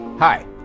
Hi